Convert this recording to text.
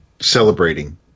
celebrating